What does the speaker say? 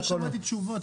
לא שמעתי תשובות.